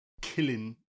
killing